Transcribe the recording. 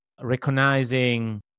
recognizing